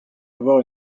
avoir